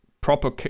proper